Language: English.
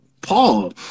Paul